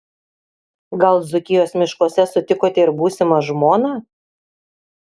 gal dzūkijos miškuose sutikote ir būsimą žmoną